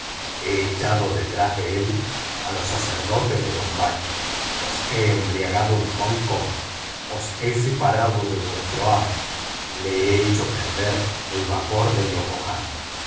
he echado detrás de él a los sacerdotes de bombay os he embriagado en hong kong os he separado de vuestro amo le he hecho perder el vapor de yokohama